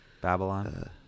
Babylon